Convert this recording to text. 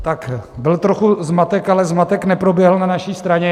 Tak byl trochu zmatek, ale zmatek neproběhl na naší straně.